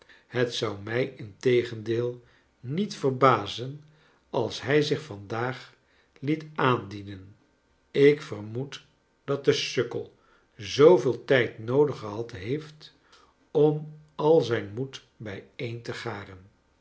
het zou mij integendeel niet verbazen als hij zich vandaag liet aandienen ik vermoed dat de sukkel zooveel tijd noodig gehad heeft om al zijn moed bijeen te garen